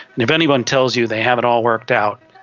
and if anyone tells you they have it all worked out,